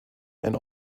and